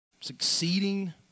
succeeding